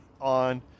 on